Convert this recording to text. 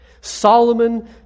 Solomon